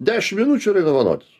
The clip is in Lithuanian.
dešim minučių ir einu vanotis